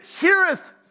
heareth